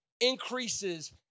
increases